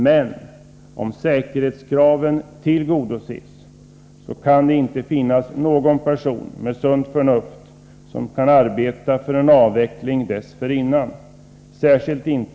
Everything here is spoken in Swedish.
Men om säkerhetskraven tillgodoses kan det inte finnas någon person med sunt förnuft som kan arbeta för en avveckling dessförinnan.